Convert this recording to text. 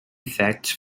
effects